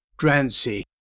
Drancy